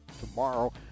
tomorrow